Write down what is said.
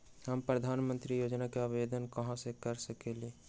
हम प्रधानमंत्री योजना के आवेदन कहा से कर सकेली?